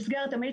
עם המל"ל,